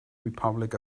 republic